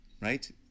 right